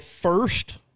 first